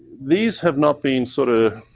these have not been sort ah